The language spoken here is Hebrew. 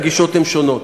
הגישות הן שונות.